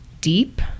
deep